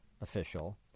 official